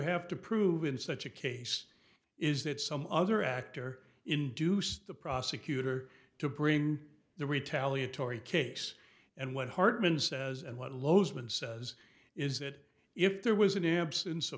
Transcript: have to prove in such a case is that some other actor induced the prosecutor to bring the retaliatory case and what hartmann says and what losed and says is that if there was an absence